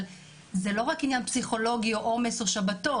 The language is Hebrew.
אבל זה לא רק עניין פסיכולוגי או עומס או שבתות.